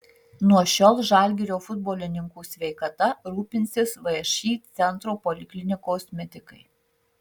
nuo šiol žalgirio futbolininkų sveikata rūpinsis všį centro poliklinikos medikai